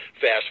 Fast